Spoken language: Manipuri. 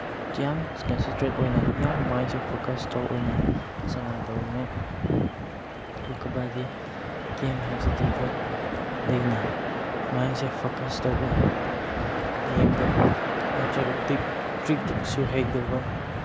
ꯀ꯭ꯌꯥꯝ ꯀꯟꯁꯦꯇ꯭ꯔꯦꯠ ꯑꯣꯏꯅ ꯌꯥꯝ ꯃꯥꯏꯟꯁꯦ ꯐꯣꯀꯁ ꯇꯧ ꯑꯣꯏꯅ ꯁꯥꯟꯅꯗꯧꯅꯦ ꯑꯗꯨ ꯀꯕꯥꯗꯤ ꯒꯦꯝ ꯍꯥꯏꯕꯁꯤꯗꯤ ꯂꯣꯛ ꯂꯩꯅ ꯃꯥꯏꯟꯁꯦ ꯐꯣꯀꯁ ꯇꯧꯕ ꯌꯦꯝꯗ ꯅꯠꯇ꯭ꯔꯒ ꯇ꯭ꯔꯤꯛꯁꯨ ꯍꯩꯗꯧꯕ